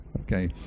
okay